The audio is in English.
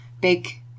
Big